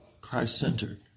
Christ-centered